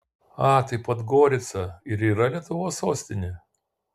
a tai podgorica ir yra lietuvos sostinė